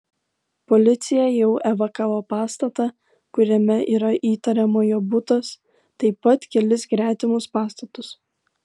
policija jau evakavo pastatą kuriame yra įtariamojo butas taip pat kelis gretimus pastatus